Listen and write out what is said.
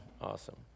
awesome